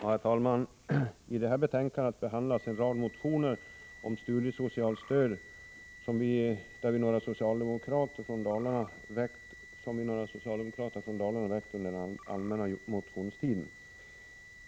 Herr talman! I detta betänkande behandlas en rad motioner om studiesocialt stöd som några socialdemokrater från Dalarna väckt under den allmänna motionstiden.